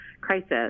crisis